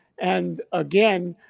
and again,